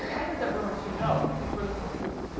i heard that rumor, too. no, it couldn't be further from the truth.